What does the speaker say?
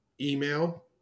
email